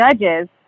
judges